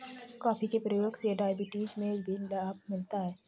coffee के प्रयोग से डायबिटीज में भी लाभ मिलता है